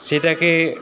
সেটাকে